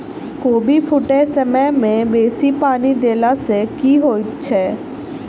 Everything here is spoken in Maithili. कोबी फूटै समय मे बेसी पानि देला सऽ की होइ छै?